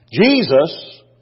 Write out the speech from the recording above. Jesus